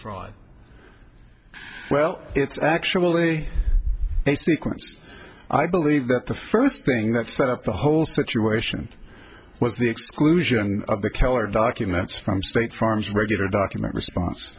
fraud well it's actually a sequence i believe that the first thing that set up the whole situation was the exclusion of the color documents from state farm's regular document response